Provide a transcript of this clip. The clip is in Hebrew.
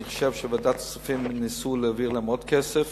אני חושב שוועדת הכספים ניסתה להעביר להם עוד כסף